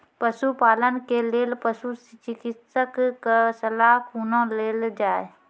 पशुपालन के लेल पशुचिकित्शक कऽ सलाह कुना लेल जाय?